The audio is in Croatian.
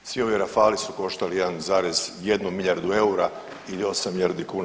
Svi ovi Rafali su koštali 1,1 milijardu eura ili 8 milijardi kuna.